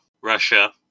Russia